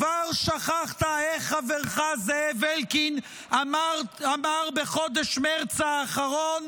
כבר שכחת איך חברך זאב אלקין אמר בחודש מרץ האחרון